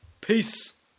Peace